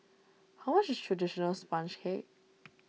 how much is Traditional Sponge Cake